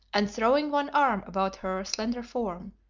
and throwing one arm about her slender form,